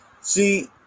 See